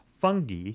fungi